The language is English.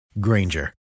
Granger